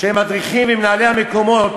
שהם מדריכים ומנהלי המקומות.